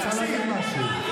היא רוצה להגיד משהו.